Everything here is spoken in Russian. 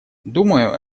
думаю